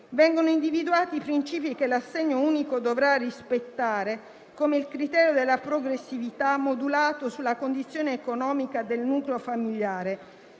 Vengono individuati i principi che l'assegno unico dovrà rispettare, come il criterio della progressività, modulato sulla condizione economica del nucleo familiare.